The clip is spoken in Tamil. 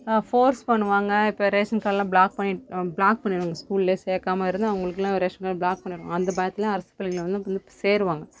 ஃபோர்ஸ் பண்ணுவாங்க இப்போ ரேஷன் கார்டெலாம் ப்ளாக் பண்ணி ப்ளாக் பண்ணிவிடுவாங்க ஸ்கூலில் சேர்க்காம இருந்தால் அவங்களுக்குலாம் ரேஷன் கார்டு ப்ளாக் பண்ணிவிடுவாங்க அந்த மாதிரி அரசு பள்ளிகளில் வந்து சேருவாங்க